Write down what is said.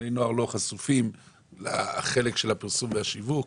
בני נוער לא חשופים לחלק של הפרסום והשיווק.